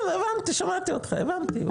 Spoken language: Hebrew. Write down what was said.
אני מבין, שמעתי אותך, הבנתי.